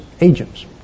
agents